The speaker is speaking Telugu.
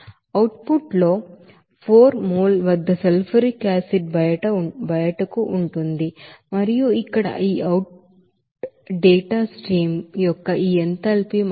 అవుట్ పుట్ లో 4 మోల్ వద్ద సల్ఫ్యూరిక్ యాసిడ్ బయటకు ఉంటుంది మరియు ఇక్కడ ఈ అవుట్ డేట్ స్ట్రీమ్ యొక్క ఈ ఎంథాల్పీ 67